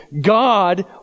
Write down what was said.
God